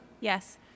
Yes